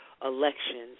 Elections